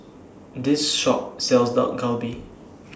This Shop sells Dak Galbi